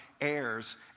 heirs